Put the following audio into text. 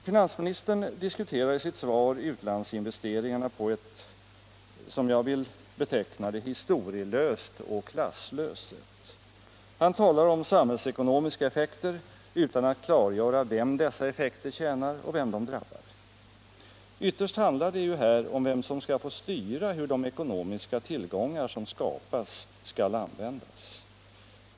Finansministern diskuterar i sitt svar utlandsinvesteringarna på ett — som jag vill beteckna det — historielöst och klasslöst sätt. Han talar om samhällsekonomiska effekter utan att klargöra vem dessa effekter tjänar och vem de drabbar. Ytterst handlar det ju här om vem som skall få styra hur de ekonomiska tillgångar som skapas skall användas.